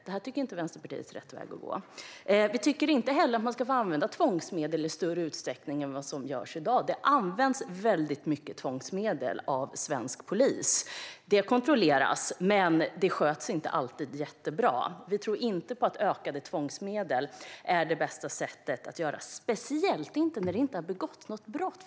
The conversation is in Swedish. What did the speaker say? Det tycker inte Vänsterpartiet är rätt väg att gå. Vi tycker heller inte att man ska få använda tvångsmedel i större utsträckning än vad som görs i dag; det används väldigt mycket av svensk polis. Det kontrolleras, men det sköts inte alltid jättebra. Vi tror inte att ökade tvångsmedel är bästa sättet, speciellt inte när det inte har begåtts något brott.